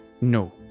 No